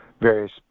various